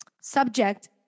subject